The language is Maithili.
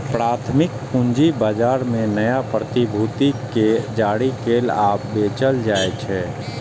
प्राथमिक पूंजी बाजार मे नया प्रतिभूति कें जारी कैल आ बेचल जाइ छै